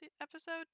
episode